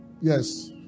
Yes